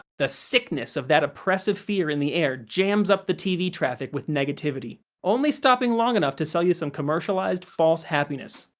the sickness of that oppressive fear in the air jams up the tv traffic with negativity, only stopping long enough to sell you some commercialized, false happiness.